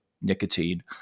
nicotine